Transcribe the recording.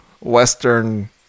Western